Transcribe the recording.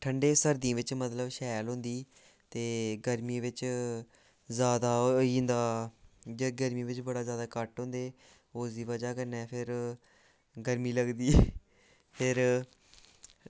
ठंडे सरदियें बिच्च बी मतलब शैल होंदी ते गरमियें बिच्च जैदा ओह् होई जंदा ते गरमी बिच्च जादै कट होंदे उसदी बजह कन्नै फिर गरमी लगदी फिर